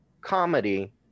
comedy